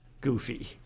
goofy